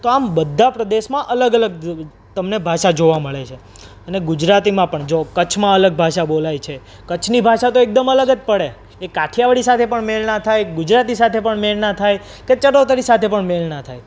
તો આમ બધા પ્રદેશમાં અલગ અલગ તમને અલગ ભાષા જોવા મળે છે અને ગુજરાતીમાં પણ જો કચ્છમાં અલગ ભાષા બોલાય છે કચ્છની ભાષા તો એકદમ અલગ જ પળે એ કઠિયાવાડી સાથે પણ મેળ ના ખાય ગુજરાતી સાથે પણ મેળ ના ખાય કે ચરોતરી સાથે પણ મેળ ના ખાય